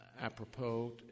Apropos